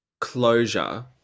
closure